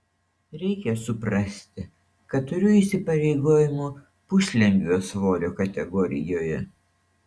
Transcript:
reikia suprasti kad turiu įsipareigojimų puslengvio svorio kategorijoje